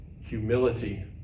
humility